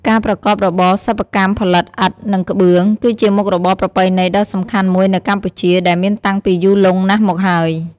ការប្រកបរបរសិប្បកម្មផលិតឥដ្ឋ និងក្បឿង គឺជាមុខរបរប្រពៃណីដ៏សំខាន់មួយនៅកម្ពុជា ដែលមានតាំងពីយូរលង់ណាស់មកហើយ។